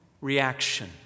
reaction